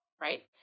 right